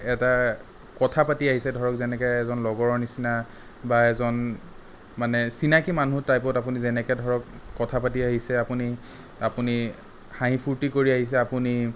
এটা কথা পাতি আহিছে ধৰক যেনেকে এজন লগৰ নিচিনা বা এজন মানে চিনাকি মানুহ টাইপত আপুনি যেনেকে ধৰক কথা পাতি আহিছে আপুনি আপুনি হাঁহি ফুৰ্টি কৰি আহিছে আপুনি